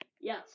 yes